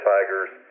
Tigers